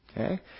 Okay